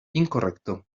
incorrecto